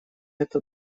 это